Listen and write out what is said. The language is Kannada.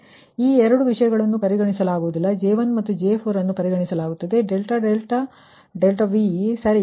ಆದ್ದರಿಂದ ಈ 2 ವಿಷಯಗಳನ್ನು ಪರಿಗಣಿಸಲಾಗುವುದಿಲ್ಲ ಆದರೆ J1 ಮತ್ತು J4 ಅನ್ನು ಪರಿಗಣಿಸಲಾಗುತ್ತದೆ ∆δ ∆V ಸರಿ